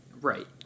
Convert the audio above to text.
Right